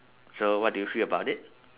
so what do you feel about it